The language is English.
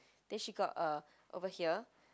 then she got a over here